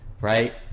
right